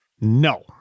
no